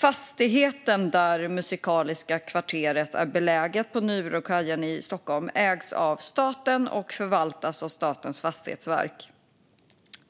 Fastigheten där Musikaliska kvarteret är beläget, på Nybrokajen i Stockholm, ägs av staten och förvaltas av Statens fastighetsverk.